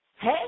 Hey